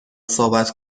صحبت